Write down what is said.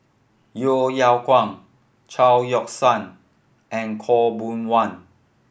Yeo Yeow Kwang Chao Yoke San and Khaw Boon Wan